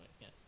yes